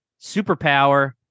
superpower